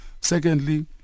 Secondly